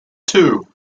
two